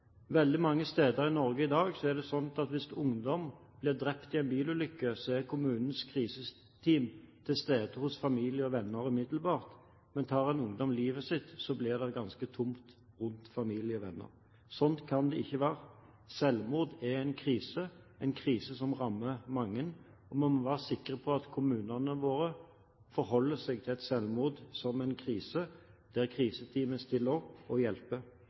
Veldig mange steder i Norge i dag er det sånn at hvis ungdom blir drept i en bilulykke, er kommunens kriseteam til stede hos familie og venner umiddelbart, men tar en ungdom livet sitt, blir det ganske tomt rundt familie og venner. Sånn kan det ikke være. Selvmord er en krise, en krise som rammer mange, og man må være sikker på at kommunene våre forholder seg til et selvmord som en krise der kriseteamet stiller opp og hjelper.